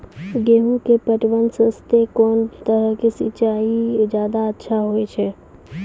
गेहूँ के पटवन वास्ते कोंन तरह के सिंचाई ज्यादा अच्छा होय छै?